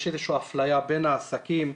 יש איזה שהיא אפליה בין העסקים.